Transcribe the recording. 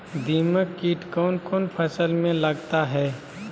दीमक किट कौन कौन फसल में लगता है?